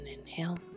inhale